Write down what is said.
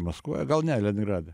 maskvoj gal ne leningrade